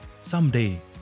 Someday